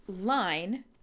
line